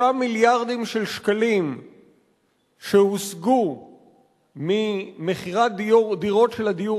3 מיליארדים של שקלים שהושגו ממכירת דירות של הדיור